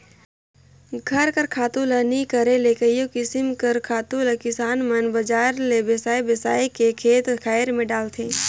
घर कर खातू ल नी करे ले कइयो किसिम कर खातु ल किसान मन बजार ले बेसाए बेसाए के खेत खाएर में डालथें